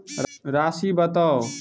राशि बताउ